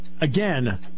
Again